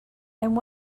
and